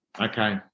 Okay